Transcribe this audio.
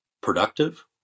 productive